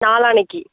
நாளான்னைக்கு